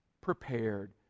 prepared